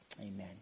Amen